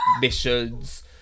missions